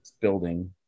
building